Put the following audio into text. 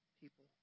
people